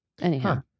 anyhow